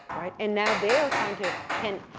right? and now they're trying to, can,